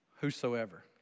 whosoever